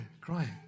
crying